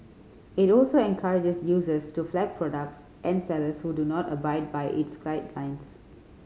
it also encourages users to flag products and sellers who do not abide by its guidelines